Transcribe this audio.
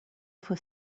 for